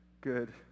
good